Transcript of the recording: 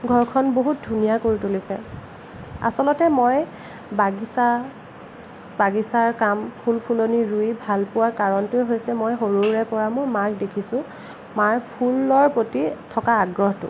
ঘৰখন বহুত ধুনীয়া কৰি তুলিছে আচলতে মই বাগিচা বাগিচাৰ কাম ফুল ফুলনি ৰুই ভাল পোৱাৰ কাৰণটোৱেই হৈছে মই যে সৰুৰে পৰা মই মাক দেখিছোঁ মাৰ ফুলৰ প্ৰতি থকা আগ্ৰহটো